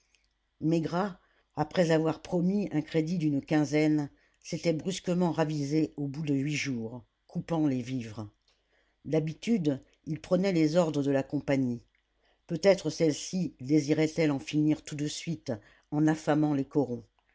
maigrat après avoir promis un crédit d'une quinzaine s'était brusquement ravisé au bout de huit jours coupant les vivres d'habitude il prenait les ordres de la compagnie peut-être celle-ci désirait elle en finir tout de suite en affamant les corons